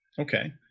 Okay